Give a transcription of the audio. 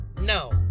no